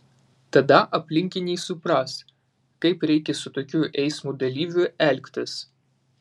tada aplinkiniai supras kaip reikia su tokiu eismo dalyviu elgtis